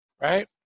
right